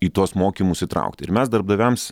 į tuos mokymus įtraukti ir mes darbdaviams